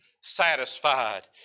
Satisfied